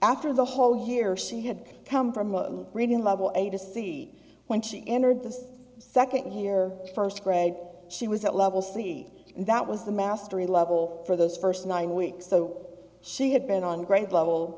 after the whole here she had come from the reading level a to c when she entered the second here first grade she was at level see that was the mastery level for those first nine weeks so she had been on grade level